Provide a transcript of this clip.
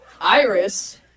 Iris